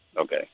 Okay